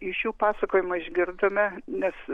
iš jų pasakojimų išgirdome nes